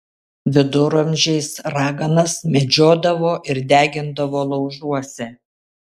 viduramžiais raganas medžiodavo ir degindavo laužuose